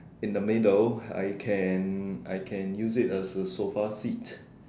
in the middle I can I can use it as a sofa seat